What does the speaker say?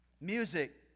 Music